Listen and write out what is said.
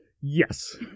Yes